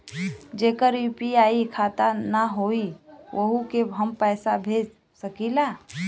जेकर यू.पी.आई खाता ना होई वोहू के हम पैसा भेज सकीला?